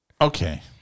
Okay